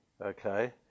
Okay